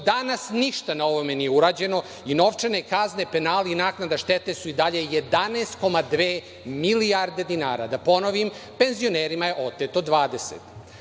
danas ništa na ovome nije urađeno i novčane kazne, penali i naknada štete su i dalje 11,2 milijarde dinara. Da ponovim penzionerima je oteto